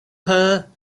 her